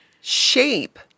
shape